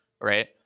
right